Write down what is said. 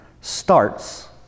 starts